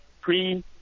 pre